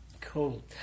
Cool